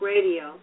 Radio